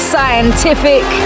Scientific